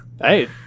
Hey